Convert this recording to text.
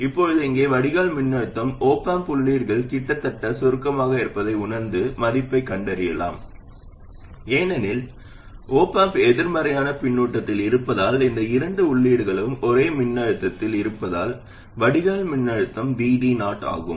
இப்போது இங்கே வடிகால் மின்னழுத்தம் op amp உள்ளீடுகள் கிட்டத்தட்ட சுருக்கமாக இருப்பதை உணர்ந்து மதிப்பைக் கண்டறியலாம் ஏனெனில் op amp எதிர்மறையான பின்னூட்டத்தில் இருப்பதால் இந்த இரண்டு உள்ளீடுகளும் ஒரே மின்னழுத்தத்தில் இருப்பதால் வடிகால் மின்னழுத்தம் VD0 ஆகும்